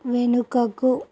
వెనుకకు